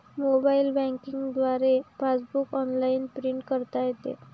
mobile banking द्वारे passbook online print करता येते